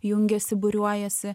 jungiasi būriuojasi